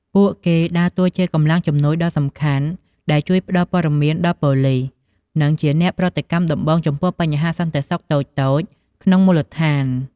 ពួកគេដើរតួជាកម្លាំងជំនួយដ៏សំខាន់ ដែលជួយផ្តល់ព័ត៌មានដល់ប៉ូលិស និងជាអ្នកប្រតិកម្មដំបូងចំពោះបញ្ហាសន្តិសុខតូចៗក្នុងមូលដ្ឋាន។